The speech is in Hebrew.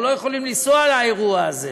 אנחנו לא יכולים לנסוע לאירוע הזה